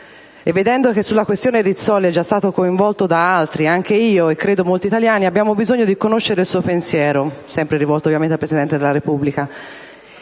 e vedendo che sulla questione Rizzoli è già stato coinvolto da altri, anche io, e credo molti italiani, abbiamo bisogno di conoscere il Suo pensiero», sempre rivolgendosi al Presidente della Repubblica.